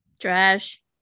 Trash